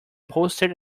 poster